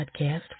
Podcast